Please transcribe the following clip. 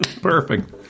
Perfect